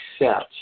accept